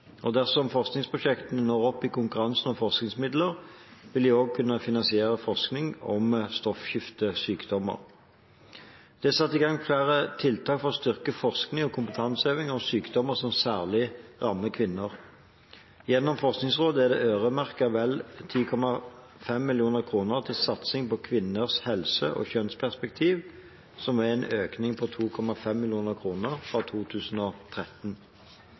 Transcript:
satt i gang flere tiltak for å styrke forskning og kompetanseheving når det gjelder sykdommer som særlig rammer kvinner. Gjennom Forskningsrådet er det øremerket vel 10,5 mill. kr til satsingen på kvinners helse og kjønnsperspektiver, en økning på 2,5 mill. kr fra 2013.